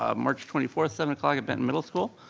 ah march twenty fourth seven o'clock at benton middle school.